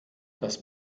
das